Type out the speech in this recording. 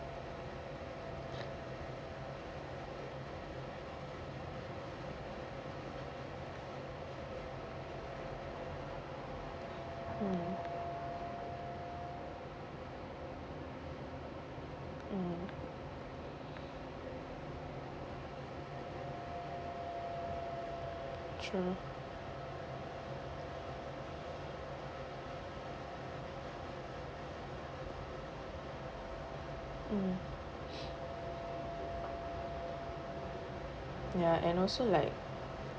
mm mm true mm ya and also like